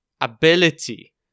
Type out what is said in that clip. ability